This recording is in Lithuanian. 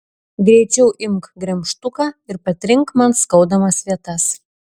greičiau imk gremžtuką ir patrink man skaudamas vietas